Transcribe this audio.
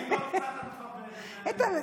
איתן,